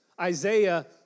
Isaiah